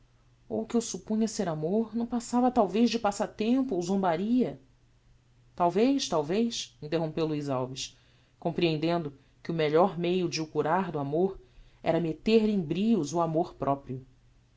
ou o que eu suppunha ser amor não passava talvez de passatempo ou zombaria talvez talvez interrompeu luiz alves comprehendendo que o melhor meio de o curar do amor era metter lhe em brios o amor-proprio